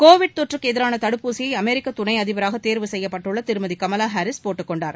Covid தொற்றுக்கு எதிரான தடுப்பூசியை அமெரிக்க துணை அதிபாராக தேர்வு செய்யப்பட்டுள்ள திருமதி கமலா ஹாரிஸ் போட்டுக்கொண்டார்